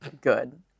good